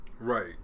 Right